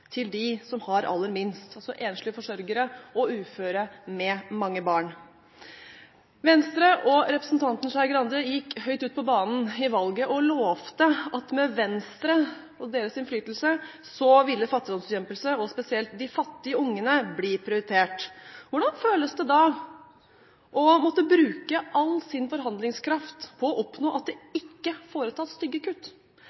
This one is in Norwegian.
til dem som har aller minst, altså enslige forsørgere og uføre med mange barn. Venstre og representanten Skei Grande gikk høyt ut på banen i valget og lovet at med Venstre og deres innflytelse ville fattigdomsbekjempelse, og spesielt de fattige ungene, bli prioritert. Hvordan føles det da å måtte bruke all sin forhandlingskraft på å oppnå at det